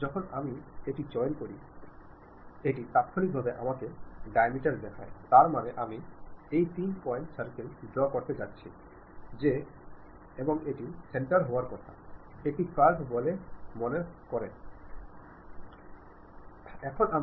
যখন আমি এটি চয়ন করি এটি তাত্ক্ষণিকভাবে আমাকে ডায়ামিটার দেখায় তার মানে আমি এইতিন পয়েন্ট সার্কেল ড্রও করতে যাচ্ছি যে এবং এটি সেন্টার হওয়ার কথা এটি কার্ভ বলে মনে করা হচ্ছে যার মাধ্যমে যেতে হবে